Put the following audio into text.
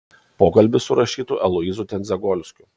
pokalbis su rašytoju aloyzu tendzegolskiu